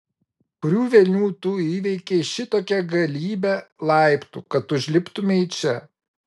kurių velnių tu įveikei šitokią galybę laiptų kad užliptumei čia